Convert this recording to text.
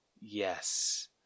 Yes